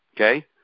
Okay